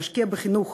להשקיע בחינוך,